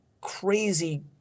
crazy –